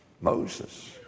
Moses